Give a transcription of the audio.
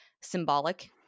symbolic